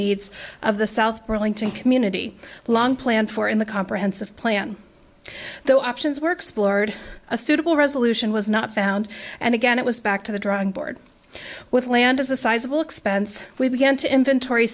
needs of the south burlington community long planned for in the comprehensive plan the options were explored a suitable resolution was not found and again it was back to the drawing board with land as a sizable expense we began to inventory